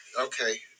Okay